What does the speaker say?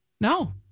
No